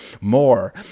more